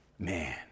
Man